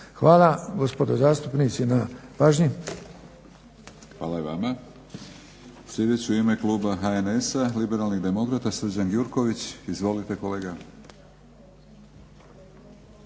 Hvala gospodo zastupnici na pažnji. **Batinić, Milorad (HNS)** Hvala i vama. Sljedeći u ime kluba HNS-a, Liberalnih demokrata Srđan Gjurković. Izvolite kolega.